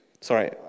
Sorry